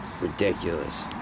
ridiculous